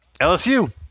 LSU